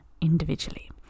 individually